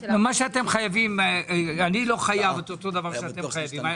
מה שאנו חייבים- - אני לא חייב מה שאתם חייבים.